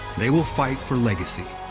they will fight for legacy